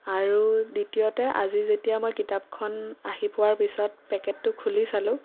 আৰু দ্বিতীয়তে আজি যেতিয়া মই কিতাপখন আহি পোৱাৰ পিছত পেকেটটো খুলি চালোঁ